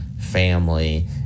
family